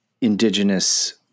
Indigenous